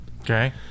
Okay